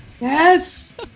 Yes